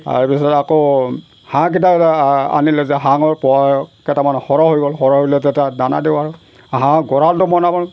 তাৰপিছত আকৌ হাঁহকেইটা আনিলে যে হাঁহৰ পোৱা কেইটামান সৰহ হৈ গ'ল সৰহ হৈ গ'লে তাত দানা দিওঁ আৰু হাঁহ গঁড়ালটো বনাওঁ